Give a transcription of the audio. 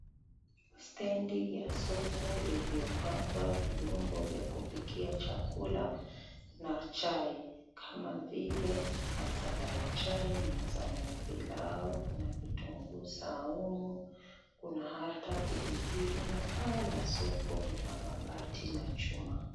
Stendi ya soko iliyopangwa viungo vya kupikia chakula na chai kama vile masala ya chai, masala ya pilau, kuna vitunguu saumu kuna hata pilipili na paa la soko ni la mabati na chuma.